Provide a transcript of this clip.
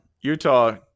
Utah